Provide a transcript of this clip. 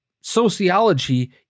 sociology